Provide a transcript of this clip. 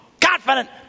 confident